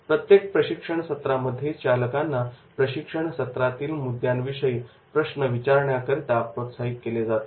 प्रत्येक प्रशिक्षणसत्रामध्ये चालकांना प्रशिक्षण सत्रातील मुद्द्यांविषयी प्रश्न विचारण्याकरीता प्रोत्साहित केले जाते